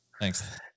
Thanks